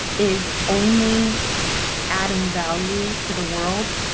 is only adding value to the world